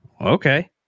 okay